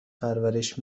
پرورش